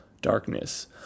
darkness